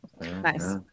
Nice